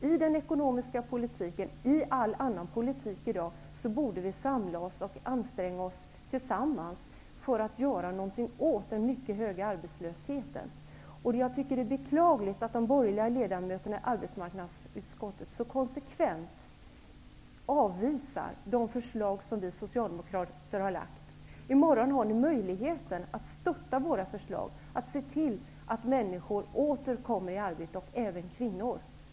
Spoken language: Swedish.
I den ekonomiska politiken och i all annan politik i dag borde vi samla oss och tillsammans anstränga oss för att göra någonting åt den mycket höga arbetslösheten. Jag tycker att det är beklagligt att de borgerliga ledamöterna i arbetsmarknadsutskottet så konsekvent avvisar de förslag som vi socialdemokrater har lagt fram. I morgon har ni möjligheten att stötta våra förslag, att se till att människor åter kommer i arbete, även kvinnor.